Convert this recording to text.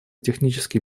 технически